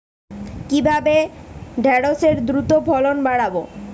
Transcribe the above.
কিভাবে ঢেঁড়সের দ্রুত ফলন বাড়াব?